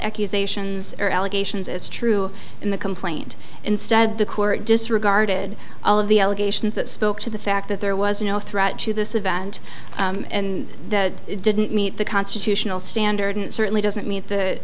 accusations or allegations as true in the complaint instead the court disregarded all of the allegations that spoke to the fact that there was no threat to this event and that it didn't meet the constitutional standard and it certainly doesn't meet the